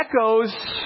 echoes